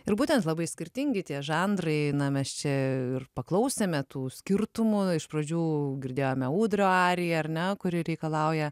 ir būtent labai skirtingi tie žanrai na mes čia ir paklausėme tų skirtumų iš pradžių girdėjome ūdrio ariją ar ne kuri reikalauja